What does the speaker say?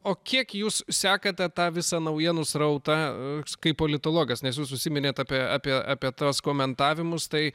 o kiek jūs sekate tą visą naujienų srautą kaip politologas nes jūs užsiminėt apie apie apie tuos komentavimus tai